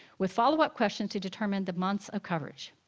with follow-up questions to determine the months of coverage.